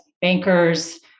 bankers